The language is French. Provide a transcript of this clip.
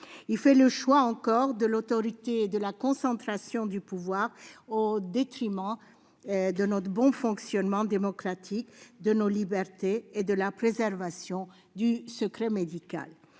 Il fait le choix, encore, de l'autorité et de la concentration du pouvoir au détriment de notre bon fonctionnement démocratique, de nos libertés et de la préservation du secret médical.